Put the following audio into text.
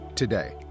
Today